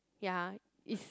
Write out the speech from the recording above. ya is